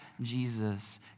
Jesus